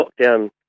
lockdown